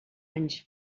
anys